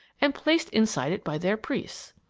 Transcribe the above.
and placed inside it by their priests.